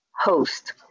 host